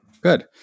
Good